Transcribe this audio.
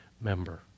member